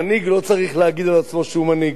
מנהיג לא צריך להגיד על עצמו שהוא מנהיג,